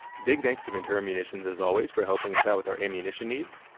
big thanks to ventura munitions as always for helping us out with our ammunition needs,